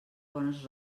bones